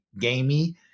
gamey